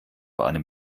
einem